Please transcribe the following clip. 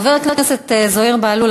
חבר הכנסת זוהיר בהלול,